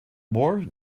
more